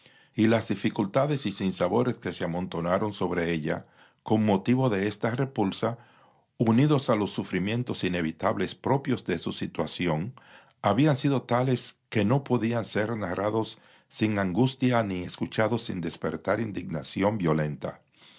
y las dificultades y sinsabores que se amontonaron sobre ella con motivo de esta repulsa unidos a los sufrimientos inevitables propios de su situación habían sido tales que no podían ser narrados sin angustia ni escuchados sin despertar indignación violenta